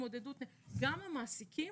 גם המעסיקים,